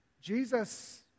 Jesus